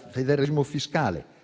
federalismo fiscale.